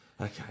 Okay